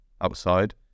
outside